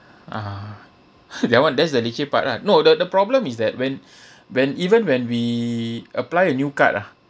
(uh huh) that [one] that's the leceh part lah no the the problem is that when when even when we apply a new card ah